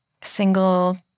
single